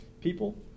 people